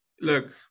Look